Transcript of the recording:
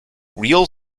real